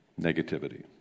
negativity